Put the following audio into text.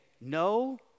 no